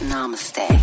Namaste